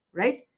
right